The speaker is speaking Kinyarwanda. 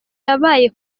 yabaye